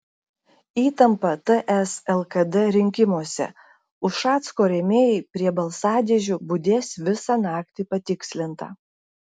įtampa ts lkd rinkimuose ušacko rėmėjai prie balsadėžių budės visą naktį patikslinta